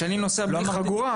כשאני נוסע בלי חגורה,